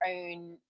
own